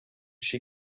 she